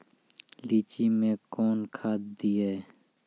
लीची मैं कौन खाद दिए?